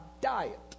diet